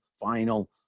final